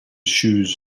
shoes